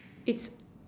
it's